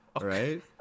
right